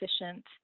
efficient